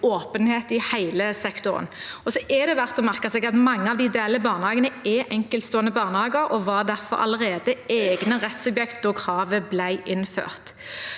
åpenhet i hele sektoren. Så er det verdt å merke seg at mange av de ideelle barnehagene er enkeltstående barnehager og var derfor allerede egne rettssubjekt da kravet ble innført.